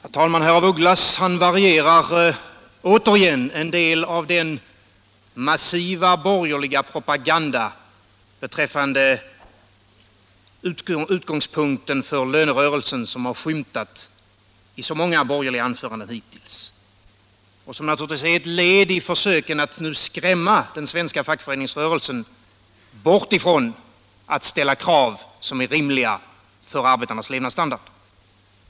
Herr talman! Herr af Ugglas varierar återigen en del av den massiva borgerliga propaganda beträffande utgångspunkten för lönerörelsen som har skymtat i så många borgerliga anföranden hittills, och som naturligtvis är ett led i försöken att skrämma bort den svenska fackföreningsrörelsen från att ställa krav som är rimliga för arbetarnas levnadsstandard.